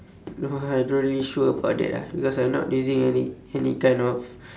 no ah I don't really sure about that ah because I'm not using any any kind of